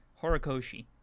horikoshi